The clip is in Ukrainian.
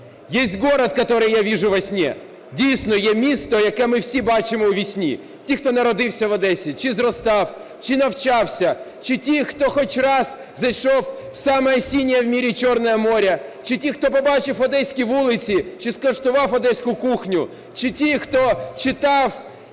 который я вижу во сне. Дійсно, є місто, яке ми всі бачимо уві сні. Ті, хто народився в Одесі чи зростав, чи навчався, чи ті, хто хоч раз зайшов в самое синее в мире Черное море, чи ті, хто побачив одеські вулиці, чи скуштував одеську кухню, чи ті, хто читав Олешу,